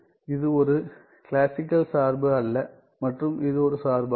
இது ஒரு கிளாசிக்கல் சார்பு அல்ல மற்றும் இது ஒரு சார்பாகும்